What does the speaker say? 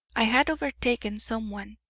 i had overtaken someone.